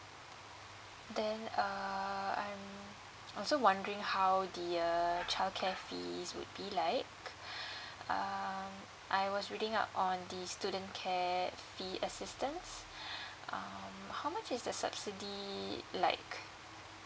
then err I'm also wondering how the uh childcare fees would be like um I was reading up on the student care fee assistance um how much is the subsidy like